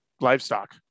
livestock